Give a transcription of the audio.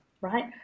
right